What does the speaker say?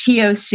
TOC